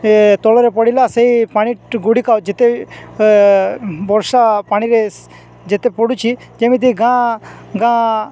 ଏ ତଳରେ ପଡ଼ିଲା ସେଇ ପାଣି ଗୁଡ଼ିକ ଯେତେ ବର୍ଷା ପାଣିରେ ଯେତେ ପଡ଼ୁଛି ଯେମିତି ଗାଁ ଗାଁ